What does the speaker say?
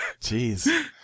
Jeez